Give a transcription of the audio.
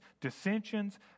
dissensions